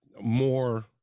more